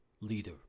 leader